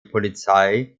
polizei